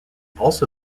also